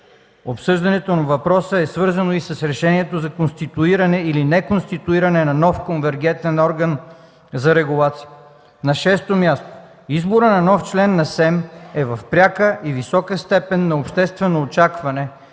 обсъждането на въпроса е свързано и с решението за конституиране или неконституиране на нов конвергентен орган за регулация. На шесто място, изборът на нов член на СЕМ е в пряка и висока степен на обществено очакване